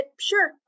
sure